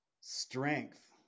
strength